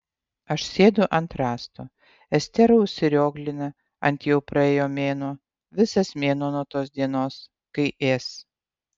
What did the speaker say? aš sėdu ant rąsto estera užsirioglina ant jau praėjo mėnuo visas mėnuo nuo tos dienos kai ės